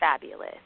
fabulous